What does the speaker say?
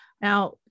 Now